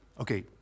okay